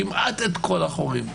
כמעט את כל החורים.